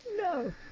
No